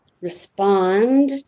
respond